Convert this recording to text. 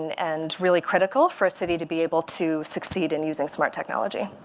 and and really critical for a city to be able to succeed in using smart technology.